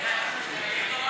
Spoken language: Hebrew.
דמי לידה